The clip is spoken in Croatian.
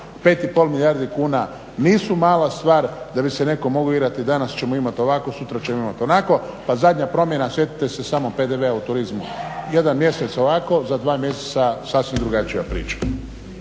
5,5 milijardi kuna nisu mala stvar da bi se neko mogao igrati danas ćemo imati ovako sutra ćemo imati onako. Pa zadnja promjena sjetite se samo PDV-a u turizmu jedan mjesec ovako, za dva mjeseca sasvim drugačija priča.